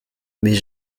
mais